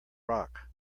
rock